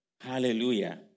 Hallelujah